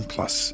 Plus